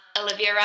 Olivia